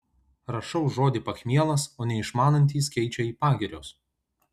rašau žodį pachmielas o neišmanantys keičia į pagirios